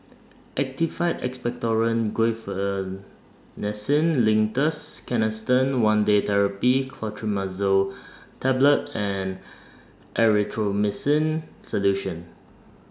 Actified Expectorant Guaiphenesin Linctus Canesten one Day Therapy Clotrimazole Tablet and Erythroymycin Solution